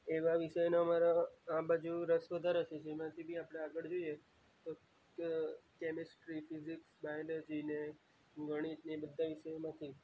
એ બધાં વિષયનો અમારો આ બાજુ રસ વધારે છે જેમાંથી બી આપણે આગળ જોઈએ તો કેમેસ્ટ્રી ફિઝિક્સ બાયોલોજીને ગણિત એ બધાં વિષયો માંથી